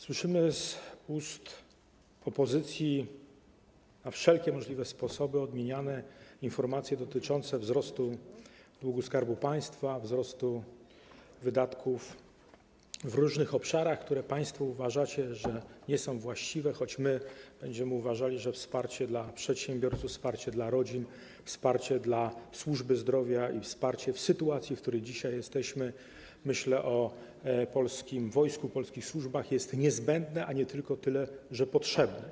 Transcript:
Słyszymy z ust opozycji na wszelkie możliwe sposoby odmieniane informacje dotyczące wzrostu długu Skarbu Państwa, wzrostu wydatków w różnych obszarach, co do których państwo uważacie, że nie są tymi właściwymi, choć my będziemy uważali, że wsparcie dla przedsiębiorców, wsparcie dla rodzin, wsparcie dla służby zdrowia i wsparcie w sytuacji, w której dzisiaj jesteśmy - myślę o polskim wojsku, polskich służbach - jest niezbędne, a nie tylko potrzebne.